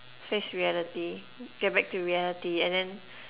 face reality get back to reality and then